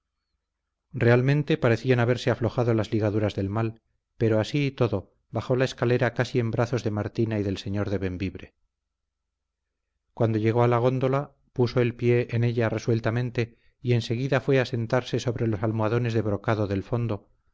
realmente parecían haberse aflojado las ligaduras del mal pero así y todo bajó la escalera casi en brazos de martina y del señor de bembibre cuando llegó a la góndola puso el pie en ella resueltamente y enseguida fue a sentarse sobre los almohadones de brocado del fondo